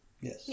Yes